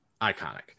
Iconic